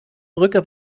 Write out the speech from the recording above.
brücke